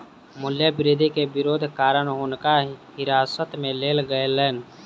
मूल्य वृद्धि के विरोधक कारण हुनका हिरासत में लेल गेलैन